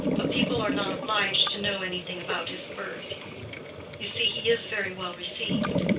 but people are not obliged to know anything about his birth you see, he is very well received.